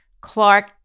Clark